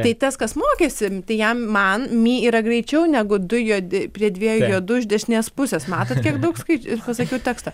tai tas kas mokėsi tai jam man mi yra greičiau negu du juodi prie dviejų juodų iš dešinės pusės matot kiek daug skaičių ir pasakiau tekstą